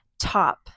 top